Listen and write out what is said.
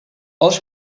als